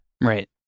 Right